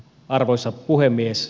arvoisa puhemies